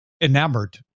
enamored